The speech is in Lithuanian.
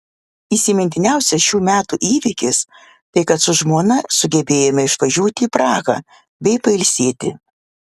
įsimintiniausias šių metų įvykis tai kad su žmona sugebėjome išvažiuoti į prahą bei pailsėti